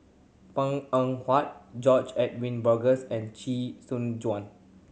Png Eng Huat George Edwin Bogaars and Chee Soon Juan